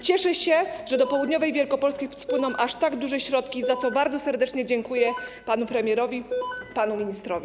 Cieszę się, że do południowej Wielkopolski spłyną aż tak duże środki, za to bardzo serdecznie dziękuję panu premierowi i panu ministrowi.